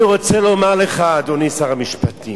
אני רוצה לומר לך, אדוני שר המשפטים,